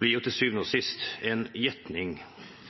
blir jo til syvende og sist en gjetning,